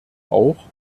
auch